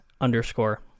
underscore